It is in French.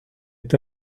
est